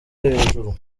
hejuru